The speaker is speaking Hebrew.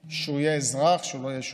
שיהיה אזרח, שלא יהיה שוטר.